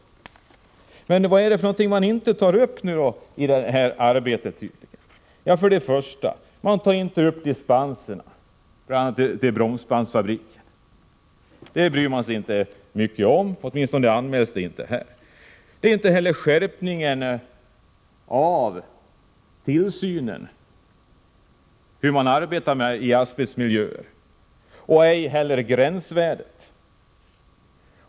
Vad är det för något man inte tar upp i kommissionens arbete? Man tar inte upp dispenserna för bl.a. bromsbandsfabriker. Det bryr man sig inte så mycket om — åtminstone anmäls här ingenting. Det sägs ingenting om en skärpning av tillsynen när det gäller arbetet i asbestmiljöer, ej heller någonting om gränsvärdet.